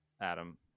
Adam